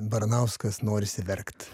baranauskas norisi verkt